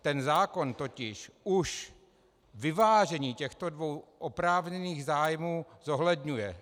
Ten zákon totiž už vyvážení těchto dvou oprávněných zájmů zohledňuje.